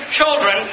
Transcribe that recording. children